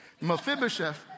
Mephibosheth